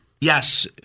Yes